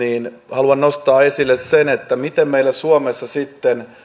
haluan nostaa esille sen miten meillä suomessa sitten